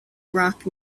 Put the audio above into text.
rock